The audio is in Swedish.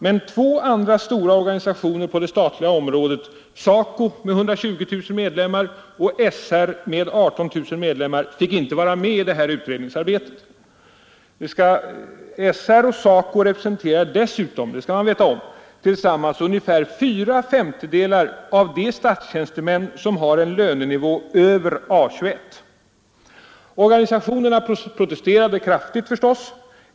Men två andra stora organisationer på det statliga området — SACO med 120 000 medlemmar och SR med 18 000 medlemmar — fick inte vara med i detta utredningsarbete. SR och SACO representerar dessutom tillsammans — det skall man veta om — ungefär fyra femtedelar av de statstjänstemän som har en lönenivå över A 21. s kraftigt.